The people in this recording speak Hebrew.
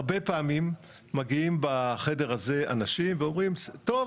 הרבה פעמים מגיעים לחדר הזה אנשים ואומרים טוב,